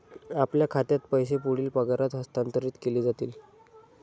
आपल्या खात्यात पैसे पुढील पगारात हस्तांतरित केले जातील